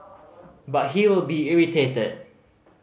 but he will be irritated